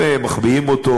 הם מחביאים אותו,